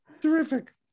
terrific